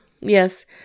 Yes